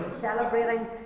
celebrating